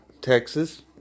Texas